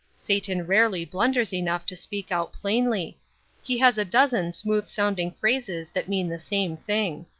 satan rarely blunders enough to speak out plainly he has a dozen smooth-sounding phrases that mean the same thing.